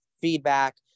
feedback